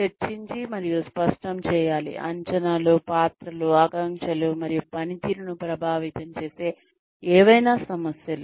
చర్చించి మరియు స్పష్టం చేయాలి అంచనాలు పాత్రలు ఆకాంక్షలు మరియు పనితీరును ప్రభావితం చేసే ఏవైనా సమస్యలు